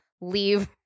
leave